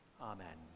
Amen